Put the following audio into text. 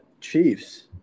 Chiefs